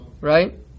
right